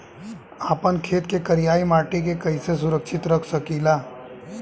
आपन खेत के करियाई माटी के कइसे सुरक्षित रख सकी ला?